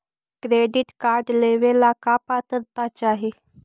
Credit card लेवेला का पात्रता चाही?